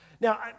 Now